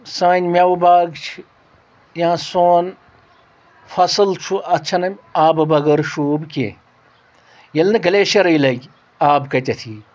سانہِ مٮ۪وٕ باغ چھِ یا سون فصٕل چھُ اتھ چھنہٕ آبہٕ بغٲر شوٗب کینٛہہ ییٚلہِ نہٕ گلیشرٕے لگہِ آب کتٮ۪تھ یی